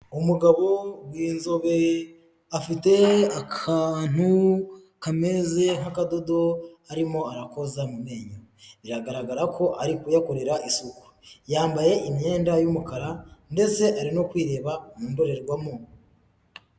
Umugabo w'inzobe, afite akantu kameze nk'akadodo arimo arakoza mu menyo, biragaragara ko ari kuyakorera isuku, yambaye imyenda y'umukara ndetse ari no kwireba mu ndorerwamo.